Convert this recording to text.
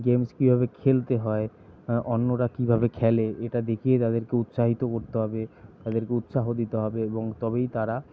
games কীভাবে খেলতে হয় অন্যরা কীভাবে খেলে এটা দেখিয়ে তাদেরকে উৎসাহিত করতে হবে তাদেরকে উৎসাহ দিতে হবে এবং তবেই তারা